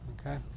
Okay